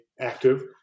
active